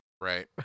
Right